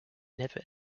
never